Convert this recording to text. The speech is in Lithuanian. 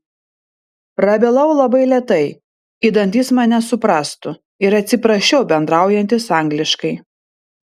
prabilau labai lėtai idant jis mane suprastų ir atsiprašiau bendraujantis angliškai